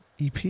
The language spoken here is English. EP